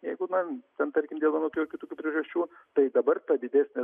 jeigu na ten tarkim dėl vienokių ar kitų priežasčių tai dabar ta didesnė